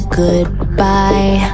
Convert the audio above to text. goodbye